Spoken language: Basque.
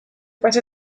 pasa